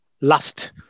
last